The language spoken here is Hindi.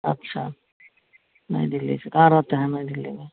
अच्छा नई दिल्ली से कहाँ रहते हैं नई दिल्ली में